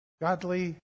godly